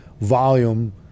volume